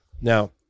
Now